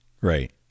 right